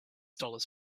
dollars